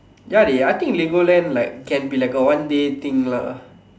ya dey I think Legoland liken can be like a one day thing lah